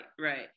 right